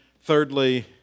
thirdly